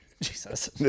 Jesus